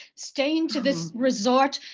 stain to this resort,